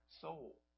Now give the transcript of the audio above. soul